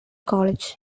college